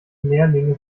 lehrlinge